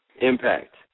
impact